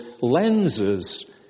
lenses